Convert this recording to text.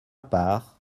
part